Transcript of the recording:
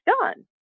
done